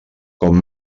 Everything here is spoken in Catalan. com